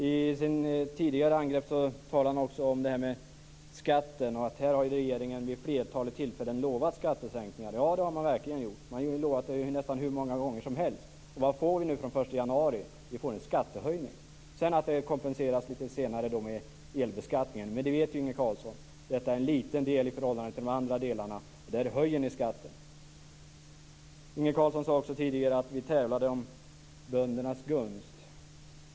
I sitt tidigare angrepp talade han också om det här med skatten, att här har regeringen vid ett flertal tillfällen lovat skattesänkningar. Ja, det har man verkligen gjort. Man har lovat det nästan hur många gånger som helst. Och vad får vi nu från den 1 januari? Vi får en skattehöjning. Sedan kompenseras det lite senare med elbeskattningen, men Inge Carlsson vet att det är en liten del i förhållande till de andra delarna, där ni höjer skatten. Inge Carlsson sade också tidigare att vi tävlade om böndernas gunst.